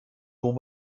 kon